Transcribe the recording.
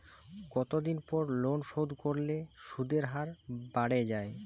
কতদিন পর লোন শোধ করলে সুদের হার বাড়ে য়ায়?